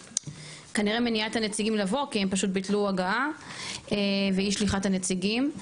כנראה מניעת הנציגים לבוא כי הם פשוט ביטלו הגעה ואי שליחת הנציגים.